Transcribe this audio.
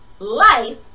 life